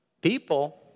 People